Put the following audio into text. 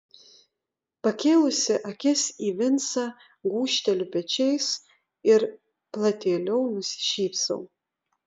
pakėlusi akis į vincą gūžteliu pečiais ir platėliau nusišypsau